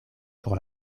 sur